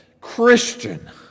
Christian